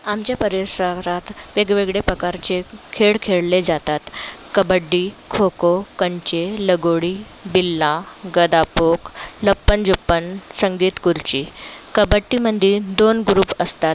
आमच्या परिसरात वेगवेगळे प्रकारचे खेळ खेळले जातात कबड्डी खोखो कंचे लगोरी बिल्ला गदापोक लप्पन जोप्पन संगीत खुर्ची कबड्डीमधे दोन ग्रुप असतात